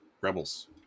Rebels